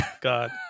God